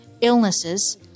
illnesses